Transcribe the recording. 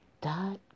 dot